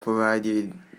provided